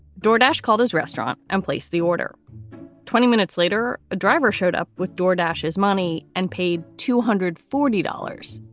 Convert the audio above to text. jordache called his restaurant and placed the order twenty minutes later. a driver showed up with door dashes money and paid two hundred forty dollars.